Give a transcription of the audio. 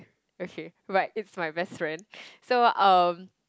okay but it's my best friend so um